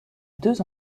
deux